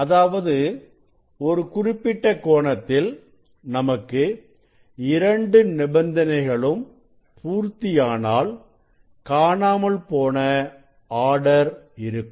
அதாவது ஒரு குறிப்பிட்ட கோணத்தில் நமக்கு இரண்டு நிபந்தனைகளும் பூர்த்தியானால் காணாமல் போன ஆர்டர் இருக்கும்